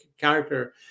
character